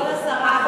כבוד השרה,